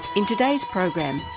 in today's program,